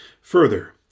Further